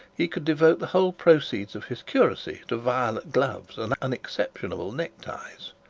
he could devote the whole proceeds of his curacy to violet gloves and unexceptionable neck ties.